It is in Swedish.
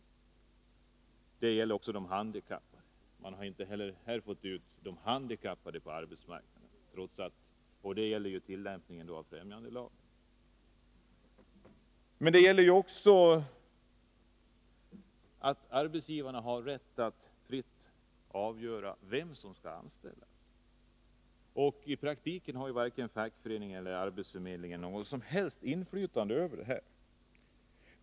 Det andra fallet gäller de handikappade, och man har inte heller fått ut dem på årbetsmarknaden. Där gäller det tillämpningen av främjandelagen. Detta är också en fråga om att arbetsgivarna har rätt att fritt avgöra vem som skall anställas. I praktiken har varken fackförening eller arbetsförmedling något som helst inflytande över detta.